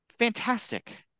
fantastic